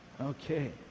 Okay